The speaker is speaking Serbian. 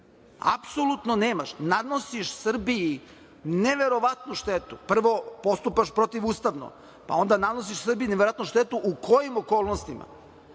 Apsolutno nemaš. Nanosiš Srbiji neverovatnu štetu. Prvo, postupaš protivustavno, pa onda nanosiš Srbiji neverovatnu štetu. U kojim okolnostima?